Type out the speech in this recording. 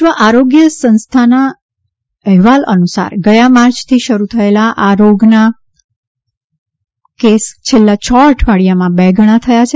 વિશ્વ આરોગ્ય સંસ્થાના અહેવાલ અનુસાર ગયા માર્ચથી શરૂ થયેલા આ રોગચાળાના કેસ છેલ્લા છ અઠવાડિયામાં બેગણા થયા છે